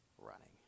running